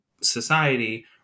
society